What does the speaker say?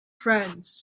friends